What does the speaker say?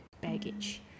baggage